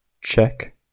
check